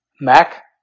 Mac